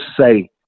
say